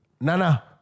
Nana